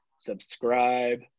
subscribe